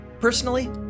Personally